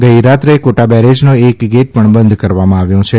ગઇરાત્રે કોટા બેરેજનો એક ગેટ પણ બંધ કરવામાં આવ્યો છે